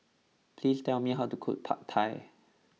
please tell me how to cook Pad Thai